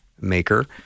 maker